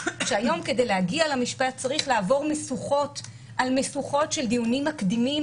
שהיום כדי להגיע למשפט צריך לעבור משוכות על משוכות של דיונים מקדימים,